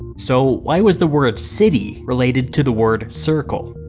so why was the word city related to the word circle?